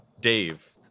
Dave